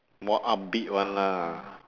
more upbeat one lah